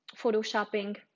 Photoshopping